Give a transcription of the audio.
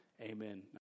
Amen